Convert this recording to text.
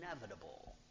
inevitable